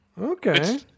Okay